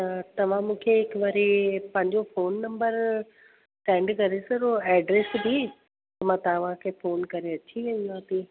त तव्हां मूंखे हिक वारी पंहिंजो फोन नंबर सैंड करे सघो एड्रेस बि मां तव्हांखे फोन करे अची वेंदासीं